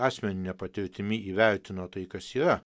asmenine patirtimi įvertino tai kas yra